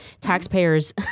taxpayers